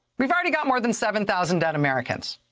we've already got more than seven thousand dead americans.